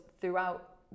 throughout